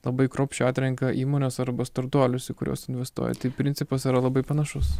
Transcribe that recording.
labai kruopščiai atrenka įmones arba startuolius į kurios investuoja tai principas yra labai panašus